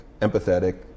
empathetic